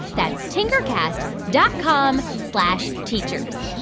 that's tinkercast dot com slash teachers.